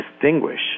distinguish